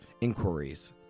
inquiries